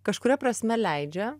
kažkuria prasme leidžia